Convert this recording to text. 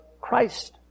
Christ